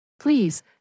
Please